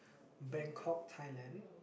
Bangkok Thailand